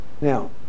Now